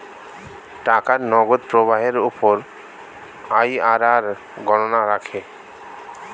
টাকার নগদ প্রবাহের উপর আইআরআর গণনা রাখে